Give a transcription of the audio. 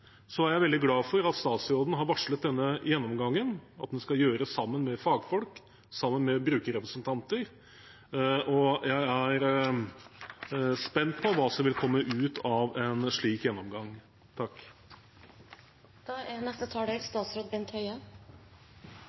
er jeg veldig glad for at statsråden har varslet denne gjennomgangen, og at den skal gjøres sammen med fagfolk, sammen med brukerrepresentanter, og jeg er spent på hva som vil komme ut av en slik gjennomgang.